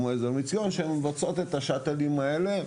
כמו ׳עזר מציון׳ שמבצעות את השאטלים האלה.